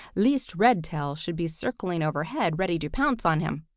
lest redtail should be circling overhead ready to pounce on him.